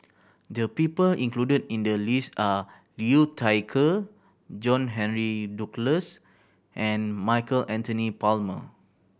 the people included in the list are Liu Thai Ker John Henry Duclos and Michael Anthony